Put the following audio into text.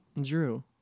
Drew